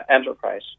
enterprise